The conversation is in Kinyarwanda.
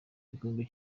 gikombe